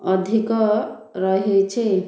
ଅଧିକ ରହିଛି